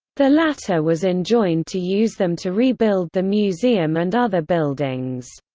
the latter was enjoined to use them to rebuild the museum and other buildings.